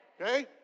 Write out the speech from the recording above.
Okay